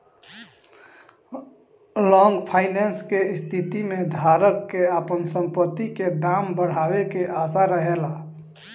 long finance के स्थिति में धारक के आपन संपत्ति के दाम के बढ़ावे के आशा रहेला